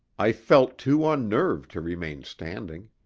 i felt too unnerved to remain standing.